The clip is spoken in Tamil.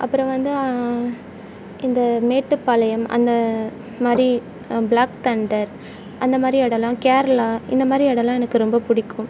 அப்பறம் வந்து இந்த மேட்டுப்பாளையம் அந்த மாதிரி ப்ளாக் தண்டர் அந்தமாதிரி இடம்லாம் கேரளா இந்தமாதிரி இடம்லாம் எனக்கு ரொம்ப பிடிக்கும்